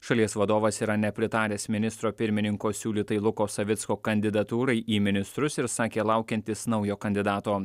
šalies vadovas yra nepritaręs ministro pirmininko siūlytai luko savicko kandidatūrai į ministrus ir sakė laukiantis naujo kandidato